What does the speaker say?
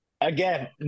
Again